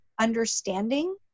understanding